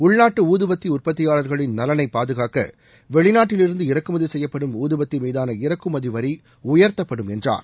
உள்நாட்டு ஊதுபத்தி உற்பத்தியாளர்களின் நலனை பாதுகாக்க வெளிநாட்டிலிருந்து இறக்குமதி செய்யப்படும் ஊதுபத்தி மீதான இறக்குமதி வரி உயர்த்தப்படும் என்றார்